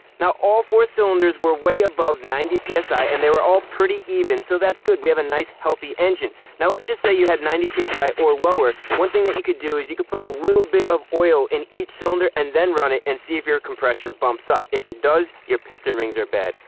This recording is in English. now all four cylinders were way above ninety psi and they were all pretty even. so that's good, we have a nice healthy engine. now let's just say you had ninety psi or lower. one thing that you could do is you could put a little bit of oil in each cylinder and then run it and see if your compression bumps up. if it does, your piston rings are bad.